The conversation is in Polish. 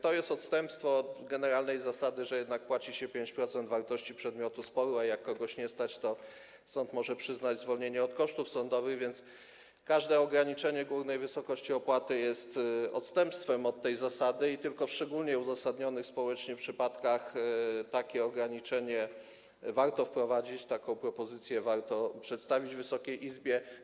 To jest odstępstwo od generalnej zasady, że jednak płaci się 5% wartości przedmiotu sporu, a jak kogoś nie stać, to sąd może przyznać zwolnienie od kosztów sądowych, więc każde ograniczenie górnej wysokości opłaty jest odstępstwem od tej zasady i tylko w szczególnie uzasadnionych społecznie przypadkach takie ograniczenie warto wprowadzić, taką propozycję warto przedstawić Wysokiej Izbie.